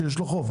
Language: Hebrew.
שיש לו חוב.